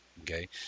okay